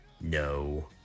No